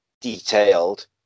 detailed